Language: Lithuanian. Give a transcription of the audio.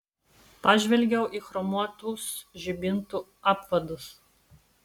pažvelgiau į chromuotus žibintų apvadus